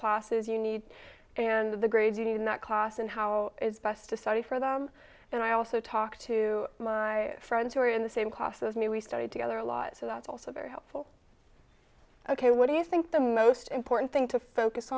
classes you need and the grading in that class and how it's best to study for them and i also talk to my friends who are in the same class as me we studied together a lot so that's also very helpful ok what do you think the most important thing to focus